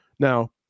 Now